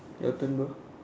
your turn bro